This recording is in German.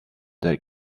del